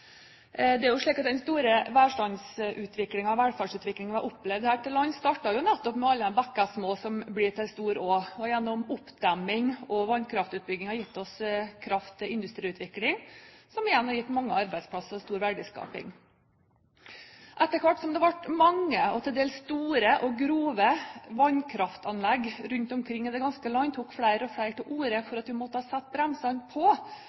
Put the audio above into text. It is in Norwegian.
til lands, startet jo nettopp med alle de bekker små som blir til en stor å – og som gjennom oppdemming og vannkraftutbygging har gitt oss kraft til industriutvikling, som igjen har gitt mange arbeidsplasser og stor verdiskaping. Etter hvert som det ble mange og til dels store og grove vannkraftanlegg rundt omkring i det ganske land, tok flere og flere til orde for at vi måtte sette bremsene på